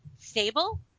stable